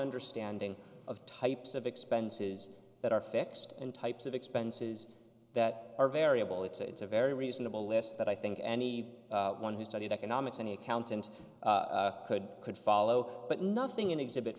understanding of types of expenses that are fixed and types of expenses that are variable it's a very reasonable list that i think any one who studied economics any accountant could could follow but nothing in exhibit